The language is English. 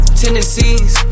tendencies